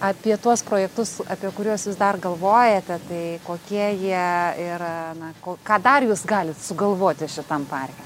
apie tuos projektus apie kuriuos jūs dar galvojate tai kokie jie ir na ko ką dar jūs galit sugalvoti šitam parke